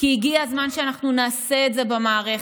כי הגיע הזמן שאנחנו נעשה את זה במערכת.